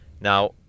Now